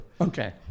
Okay